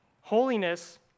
holiness